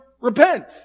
repent